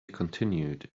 continued